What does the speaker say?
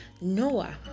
noah